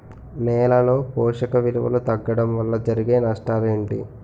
నేలలో పోషక విలువలు తగ్గడం వల్ల జరిగే నష్టాలేంటి?